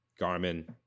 Garmin